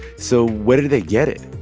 so where did they get it?